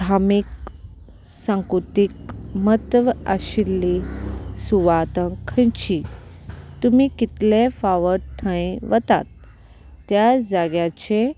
धामीक सांकुतीक मत्व आशिल्ली सुवात खंयची तुमी कितले फावट थंय वतात त्या जाग्याचे